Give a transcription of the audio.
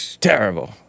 terrible